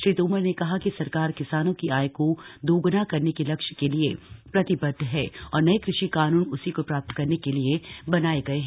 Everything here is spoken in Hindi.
श्री तोमर ने कहा कि सरकार किसानों की आय को दोग्ना करने के लक्ष्य के लिए प्रतिबद्ध है और नए कृषि कानून उसी को प्राप्त करने के लिए बनाये गए हैं